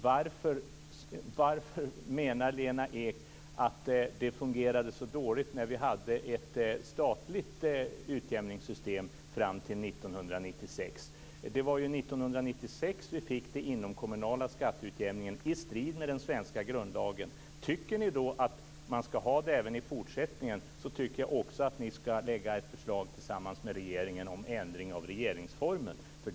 Varför menar Lena Ek att det fungerade så dåligt när vi fram till 1996 hade ett statligt utjämningssystem? Det var ju 1996 som vi fick den inomkommunala skatteutjämningen, i strid med den svenska grundlagen. Om ni menar att man skall ha det så även i fortsättningen tycker jag att ni tillsammans med regeringen skall lägga fram ett förslag om en ändring av regeringsformen.